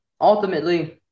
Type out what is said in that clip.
ultimately